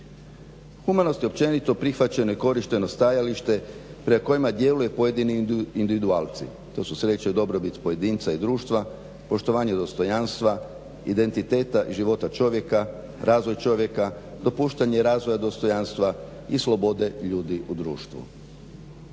Humanost je općenito prihvaćeno i korišteno stajalište prema kojima djeluje pojedini individualci, to su sreća i dobrobit pojedinca i društva, poštovanje dostojanstva, identiteta i života čovjeka, razvoje čovjeka, dopuštanje razvoja dostojanstva i slobode ljudi u društvu.